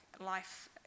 life